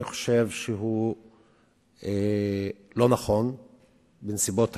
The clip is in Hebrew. אני חושב שהוא לא נכון בנסיבות העניין.